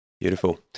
Beautiful